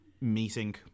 meeting